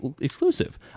exclusive